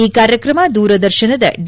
ಈ ಕಾರ್ಯಕ್ರಮ ದೂರದರ್ಶನದ ಡಿ